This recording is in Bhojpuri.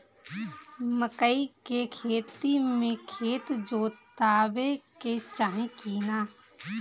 मकई के खेती मे खेत जोतावे के चाही किना?